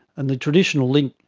and the traditional link,